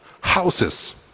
Houses